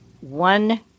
one